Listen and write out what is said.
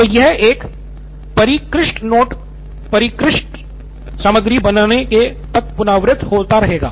तो यह एक परिष्कृत नोट परिष्कृत सामग्री बनने तक पुनरावृत्त होता रहेगा